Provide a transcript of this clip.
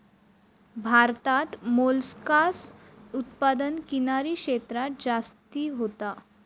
भारतात मोलस्कास उत्पादन किनारी क्षेत्रांत जास्ती होता